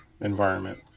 environment